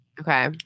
Okay